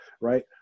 right